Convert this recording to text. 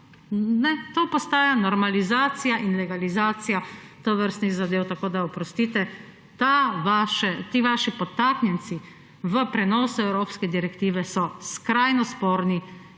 To postaja normalizacija in legalizacija tovrstnih zadev, tako da oprostite, ti vaši podtaknjenci v prenosu evropske direktive so skrajno sporni